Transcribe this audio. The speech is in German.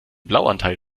blauanteil